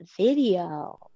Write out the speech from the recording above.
video